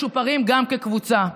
משופרים גם כקבוצה.